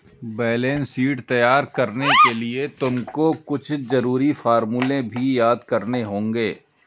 balance sheet तैयार करने के लिए तुमको कुछ जरूरी फॉर्मूले भी याद करने होंगे